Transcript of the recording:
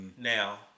now